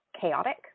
chaotic